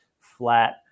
flat